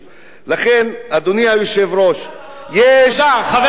לכן, אדוני היושב-ראש, בסוריה המצב